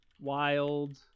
Wild